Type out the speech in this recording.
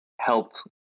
helped